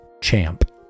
Champ